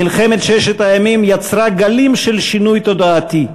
מלחמת ששת הימים יצרה גלים של שינוי תודעתי,